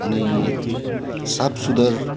अनि साफ सुधार